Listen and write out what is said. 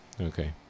okay